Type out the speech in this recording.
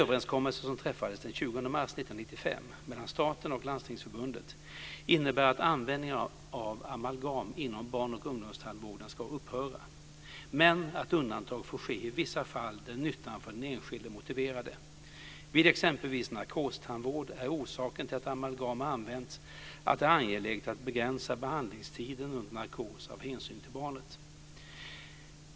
1995 mellan staten och Landstingsförbundet innebär att användningen av amalgam inom barn och ungdomstandvården ska upphöra men att undantag får ske i vissa fall när nyttan för den enskilde motiverar det. Vid exempelvis narkostandvård är orsaken till att amalgam har använts att det är angeläget att begränsa behandlingstiden under narkos av hänsyn till barnet.